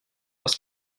parce